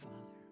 father